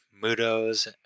Mudos